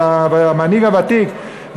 של המנהיג הוותיק,